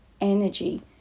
energy